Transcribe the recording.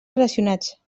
relacionats